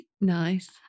Nice